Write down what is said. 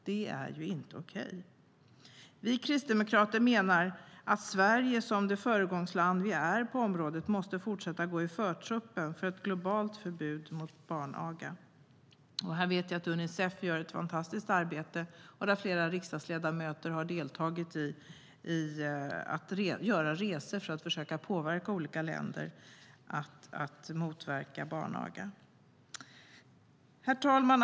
Det är inte okej. Vi kristdemokrater menar att Sverige, som det föregångsland vi är på området, måste fortsätta att gå i förtruppen för ett globalt förbud mot barnaga. Här vet vi att Unicef gör ett fantastiskt arbete, och flera riksdagsledamöter har deltagit genom att göra resor för att försöka påverka olika länder att motverka barnaga. Herr talman!